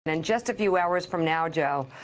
and just a few hours from now, joe,